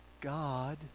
God